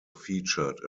featured